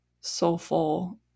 soulful